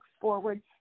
forward